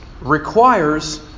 requires